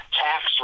tax